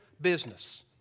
business